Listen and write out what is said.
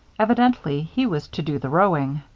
evidently he was to do the rowing.